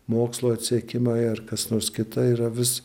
mokslo atsekimai ar kas nors kita yra vis